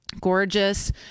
gorgeous